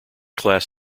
class